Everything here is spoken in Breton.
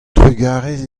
trugarez